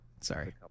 Sorry